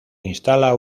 instala